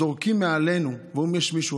זורקים מעלינו ואומרים: יש מישהו,